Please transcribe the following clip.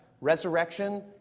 resurrection